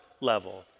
level